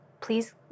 Please